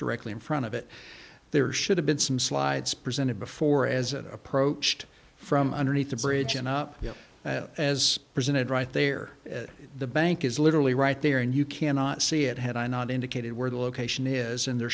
directly in front of it there should have been some slides presented before as it approached from underneath the bridge and up as presented right there at the bank is literally right there and you cannot see it had i not indicated where the location is in their